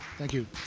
thank you.